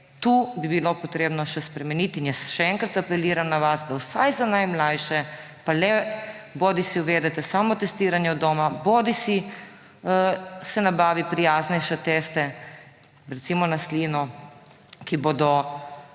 bi bilo potrebno še spremeniti. In jaz še enkrat apeliram na vas, da vsaj za najmlajše pa le bodisi uvedete samo testiranje od doma bodisi se nabavi prijaznejše teste, recimo na slino, ki bodo